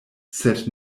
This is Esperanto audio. sed